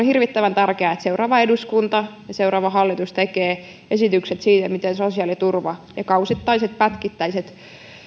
hirvittävän tärkeää että seuraava eduskunta ja seuraava hallitus tekee esitykset siitä miten sosiaaliturva ja kausittaiset pätkittäiset